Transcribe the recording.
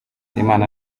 imana